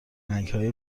رنگهای